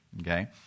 Okay